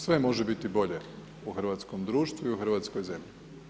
Sve može biti bolje u hrvatskom društvu i u hrvatskoj zemlji.